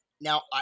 Now